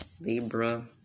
Libra